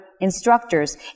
instructors